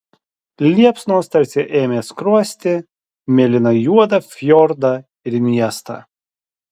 liepsnos tarsi ėmė skrosti mėlynai juodą fjordą ir miestą